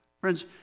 Friends